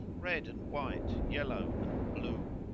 red and white, yellow and blue.